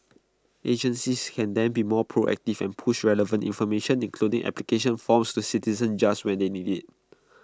agencies can then be more proactive and push relevant information including application forms to citizens just when they need IT